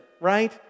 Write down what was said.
right